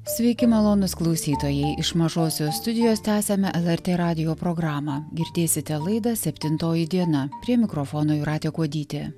sveiki malonūs klausytojai iš mažosios studijos tęsiame lrt radijo programą girdėsite laidą septintoji diena prie mikrofono jūratė kuodytė